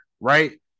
right